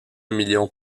million